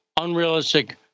unrealistic